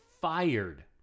fired